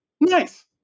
Nice